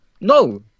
no